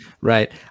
Right